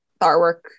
artwork